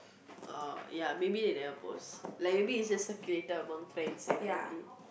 oh ya maybe they never post like maybe it's just circulated among friends and family